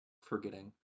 forgetting